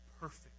perfect